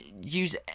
use